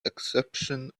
exception